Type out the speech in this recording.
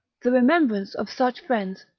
the remembrance of such friends,